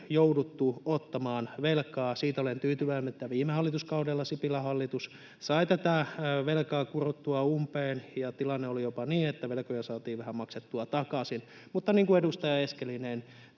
jouduttu ottamaan velkaa. Siitä olen tyytyväinen, että viime hallituskaudella Sipilän hallitus sai velkaa kurottua umpeen ja tilanne oli jopa niin, että velkoja saatiin vähän maksettua takaisin. Mutta niin kuin edustaja Eskelinen